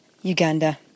Uganda